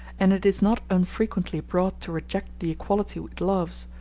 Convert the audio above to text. and it is not unfrequently brought to reject the equality it loves,